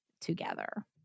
together